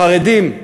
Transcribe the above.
חרדים,